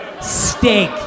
steak